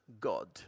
God